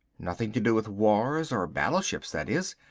nothing to do with wars or battleships that is.